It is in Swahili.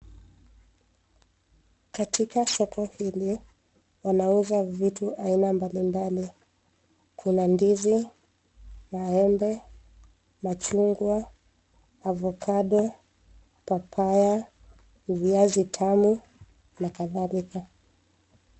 Katika soko hili wanauza vitu aina mbalimbali. Kuna ndizi, maembe, machungwa, avocado , papaya, viazi tamu, na kadhalika.